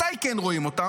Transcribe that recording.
מתי כן רואים אותם?